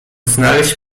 znaleźć